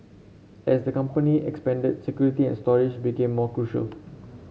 as the company expanded security and storage became more crucial